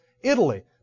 Italy